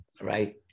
Right